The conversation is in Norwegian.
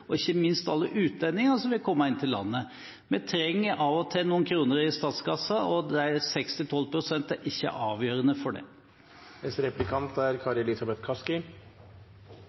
ikke minst alle utlendinger som vil komme til landet. Vi trenger av og til noen kroner i statskassen, og de 6 til 12 pst. er ikke avgjørende for